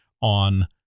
on